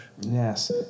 Yes